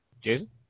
Jason